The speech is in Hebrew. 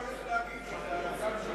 לא צריך להגיד שזה על הגב של גלעד שליט.